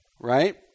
right